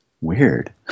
weird